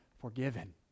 forgiven